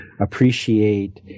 appreciate